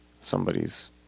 somebody's